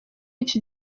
iki